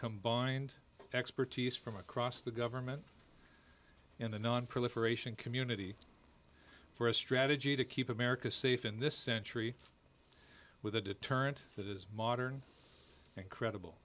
combined expertise from across the government in the nonproliferation community for a strategy to keep america safe in this century with a deterrent that is modern and credible